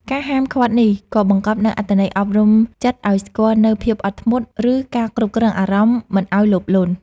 ការហាមឃាត់នេះក៏បង្កប់នូវអត្ថន័យអប់រំចិត្តឱ្យស្គាល់នូវភាពអត់ធ្មត់ ឬការគ្រប់គ្រងអារម្មណ៍មិនឱ្យលោភលន់។